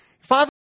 Father